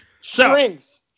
Strings